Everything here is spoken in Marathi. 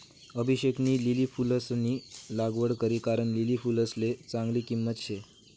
अभिषेकनी लिली फुलंसनी लागवड करी कारण लिली फुलसले चांगली किंमत शे